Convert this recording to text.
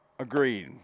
Agreed